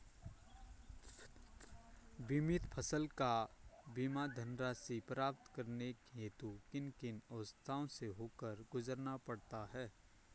बीमित फसल का बीमा धनराशि प्राप्त करने हेतु किन किन अवस्थाओं से होकर गुजरना पड़ता है?